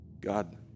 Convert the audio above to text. God